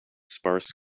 sparse